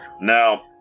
now